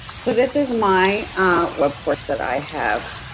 so, this is my webcourse that i have